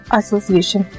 association